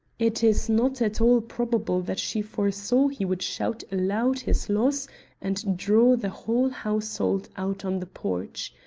it is not at all probable that she foresaw he would shout aloud his loss and draw the whole household out on the porch.